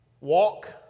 Walk